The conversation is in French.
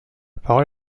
parole